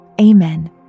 amen